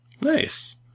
Nice